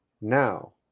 now